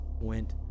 went